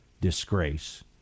disgrace